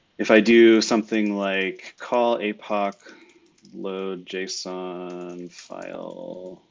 if i do something like call apoc load json file,